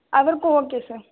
அவருக்கும் okay sir